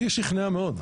אותי היא שכנעה מאוד.